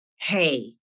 hey